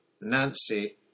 Nancy